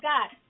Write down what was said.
God